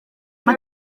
mae